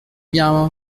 bien